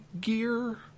gear